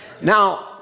now